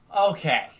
Okay